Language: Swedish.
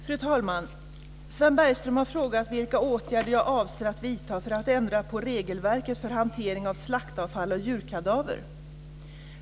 Fru talman! Sven Bergström har frågat vilka åtgärder jag avser att vidta för att ändra på regelverket för hantering av slaktavfall och djurkadaver.